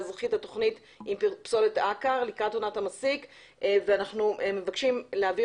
האזרחי את התוכנית על פסולת העקר לקראת עונת המסיק ואנחנו מבקשים להעביר